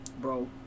Bro